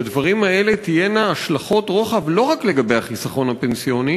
לדברים האלה תהיינה השלכות רוחב לא רק לגבי החיסכון הפנסיוני